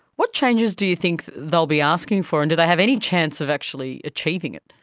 what changes do you think they'll be asking for and do they have any chance of actually achieving it?